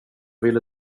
ville